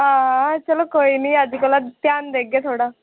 आं चलो कोई नी अज्ज कोला ध्यान देगे थोहड़ा